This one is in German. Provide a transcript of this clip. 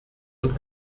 und